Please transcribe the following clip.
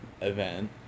event